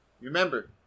Remember